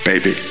Baby